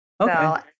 Okay